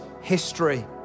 history